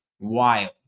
wild